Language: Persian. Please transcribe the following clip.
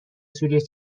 سوری